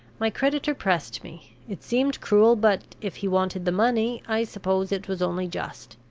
my creditor pressed me it seemed cruel, but, if he wanted the money, i suppose it was only just.